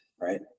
right